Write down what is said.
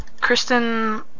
Kristen